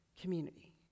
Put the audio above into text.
community